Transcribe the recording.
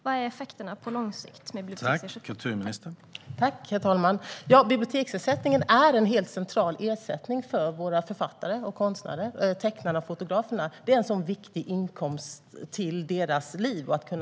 Vilka är effekterna på lång sikt av biblioteksersättningen?